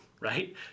right